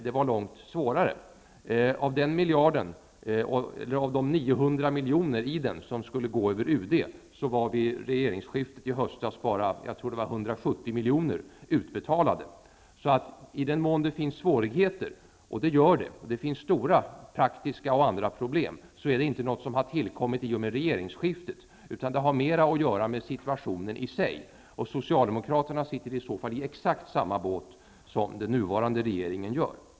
Av de 900 miljoner i det sammanhanget som skulle gå över UD var vid regeringsskiftet i höstas bara 170 miljoner, om jag minns rätt, utbetalade. I den mån det finns svårigheter -- och sådana finns det, och dessutom finns det bl.a. stora praktiska problem -- är det inte något som tillkommit i och med regeringsskiftet. I stället har det mera att göra med situationen i sig. Socialdemokraterna sitter i så fall i exakt samma båt som den nuvarande regeringen.